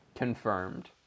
Confirmed